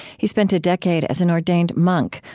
he spent a decade as an ordained monk,